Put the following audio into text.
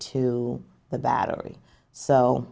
to the battery so